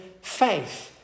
faith